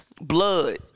Blood